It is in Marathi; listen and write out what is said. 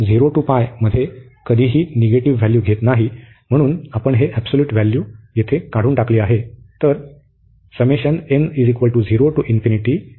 हे मध्ये कधीही निगेटिव्ह व्हॅल्यू घेत नाही म्हणून आपण हे एबसोल्यूट व्हॅल्यू येथे काढून टाकले आहे